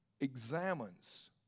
examines